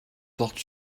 porte